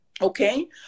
Okay